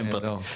שם פרטי.